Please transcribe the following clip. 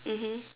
mmhmm